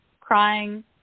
crying